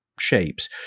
shapes